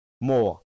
more